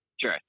sure